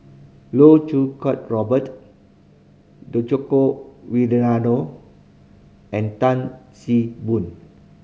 Loh Choo Kiat Robert Djoko Wibisono and Tan See Boon